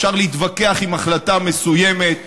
אפשר להתווכח עם החלטה מסוימת,